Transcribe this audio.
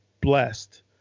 Blessed